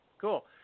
cool